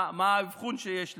מה האבחון שיש לי.